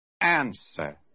Answer